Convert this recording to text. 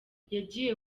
yagiye